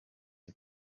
die